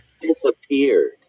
disappeared